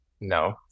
No